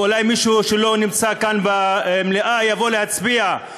ואולי מישהו שלא נמצא כאן במליאה יבוא להצביע,